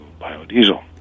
biodiesel